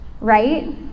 right